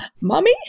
Mommy